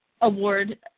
Award